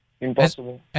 Impossible